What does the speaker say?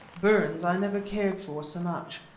burns i never cared for so much,